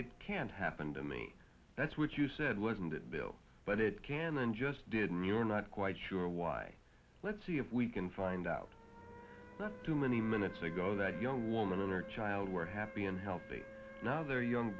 it can't happen to me that's what you said wasn't it bill but it can and just didn't you're not quite sure why let's see if we can find out not too many minutes ago that young woman or child were happy and healthy not their young